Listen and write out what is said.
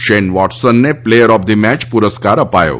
Shane વોટ્સનને player of the match પુરસ્કાર અપાયો છે